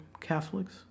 Catholics